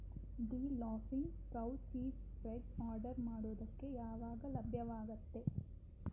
the laughing cow cheese spread order ಮಾಡೋದಕ್ಕೆ ಯಾವಾಗ ಲಭ್ಯವಾಗುತ್ತೆ